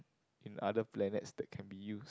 in other planets that can be used